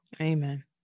Amen